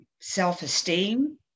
self-esteem